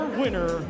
winner